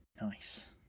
nice